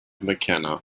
mckenna